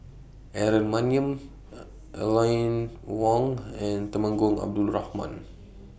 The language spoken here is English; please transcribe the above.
Aaron Maniam Aline Wong and Temenggong Abdul Rahman